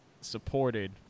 supported